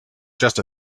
just